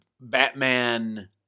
Batman